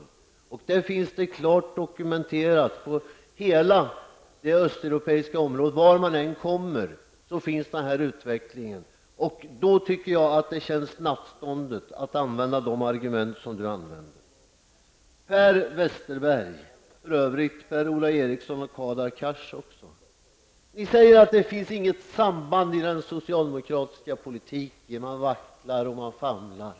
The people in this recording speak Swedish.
Denna utveckling finns klart dokumenterad var man än kommer i Östeuropa. Då tycker jag att det känns nattståndet att använda de argument som Hadar Cars använde. Eriksson och Hadar Cars, säger att det inte finns några samband i den socialdemokratiska politiken och att man vacklar och famlar.